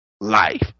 life